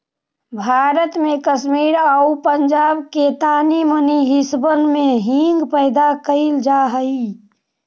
भारत में कश्मीर आउ पंजाब के तानी मनी हिस्सबन में हींग पैदा कयल जा हई